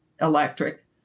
electric